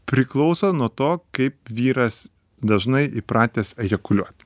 priklauso nuo to kaip vyras dažnai įpratęs ejakuliuot